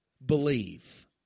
Believe